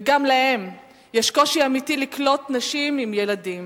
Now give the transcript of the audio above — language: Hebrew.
וגם להם יש קושי אמיתי לקלוט נשים עם ילדים.